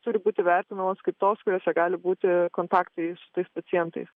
turi būti vertinamos kaip tos kuriose gali būti kontaktai su tais pacientais